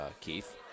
Keith